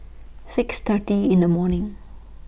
six thirty in The morning